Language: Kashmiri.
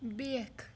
بیکھ